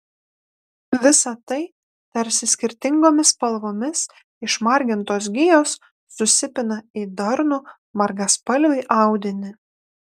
visa tai tarsi skirtingomis spalvomis išmargintos gijos susipina į darnų margaspalvį audinį